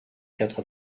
quatre